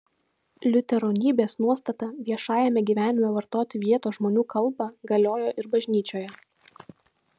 liuteronybės nuostata viešajame gyvenime vartoti vietos žmonių kalbą galiojo ir bažnyčioje